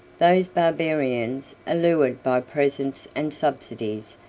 those barbarians, allured by presents and subsidies,